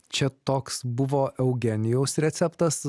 čia toks buvo eugenijaus receptas